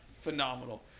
phenomenal